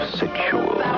sexual